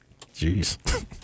Jeez